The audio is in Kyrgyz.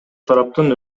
тараптын